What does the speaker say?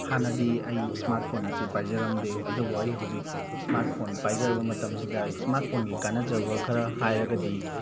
ꯍꯥꯟꯅꯗꯤ ꯑꯩ smart phone ꯑꯁꯤ ꯄꯥꯏꯖꯔꯝꯗꯦ ꯑꯗꯨꯕꯨ ꯑꯩ ꯍꯧꯖꯤꯛ ꯏꯁꯃꯥꯔꯠ ꯐꯣꯟ ꯄꯥꯏꯖꯔꯕ ꯃꯇꯝꯁꯤꯗ ꯏꯁꯃꯥꯔꯠ ꯐꯣꯟꯒꯤ ꯀꯥꯟꯅꯖꯕ ꯈꯔ ꯍꯥꯏꯔꯒꯗꯤ